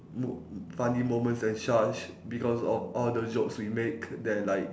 mom~ funny moments and such because of all the jokes we make then like